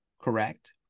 correct